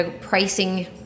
pricing